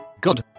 God